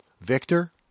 Victor